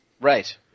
Right